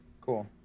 cool